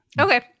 okay